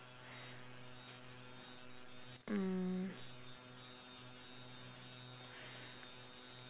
mm